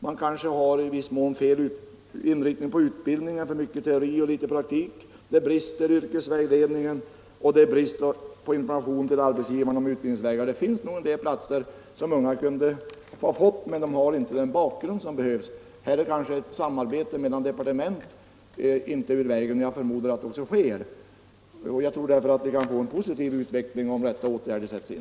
Man har kanske i viss mån fel inriktning på utbildningen, med för mycket teori och för litet praktik, det brister i yrkesvägledningen och i fråga om information till arbetsgivarna när det gäller utbildningsvägar. Det finns nog en del platser vilka kunde ha besatts av ungdomar men för vilka dessa inte har den bakgrund som behövs. På den punkten vore ett samarbete mellan departementen inte ur vägen, och jag förmodar att ett sådant också förekommer. Jag tor att vi kan få en positiv utveckling om de rätta åtgärderna sätts in.